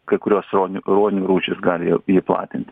kai kurios ronių ruonių rūšys gali jį jį platint